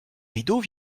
rideaux